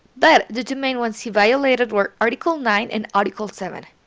but the two main ones he violated were article nine and article seven.